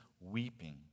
weeping